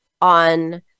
on